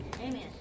Amen